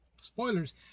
Spoilers